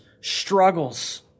struggles